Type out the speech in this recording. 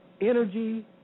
energy